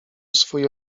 swój